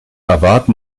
erwarten